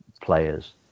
players